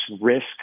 risk